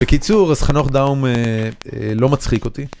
בקיצור, אז חנוך דאום לא מצחיק אותי.